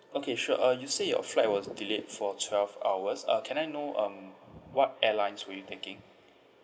okay sure uh you say your flight was delayed for twelve hours uh can I know um what airlines were you taking